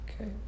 Okay